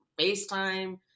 FaceTime